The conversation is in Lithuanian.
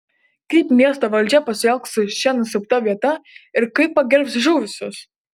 kaip miesto valdžia pasielgs su šia nusiaubta vieta ir kaip pagerbs žuvusius